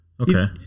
Okay